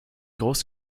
groß